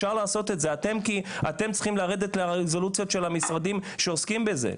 אתם צריכים לרדת לרזולוציות של המשרדים שעוסקים בזה,